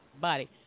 body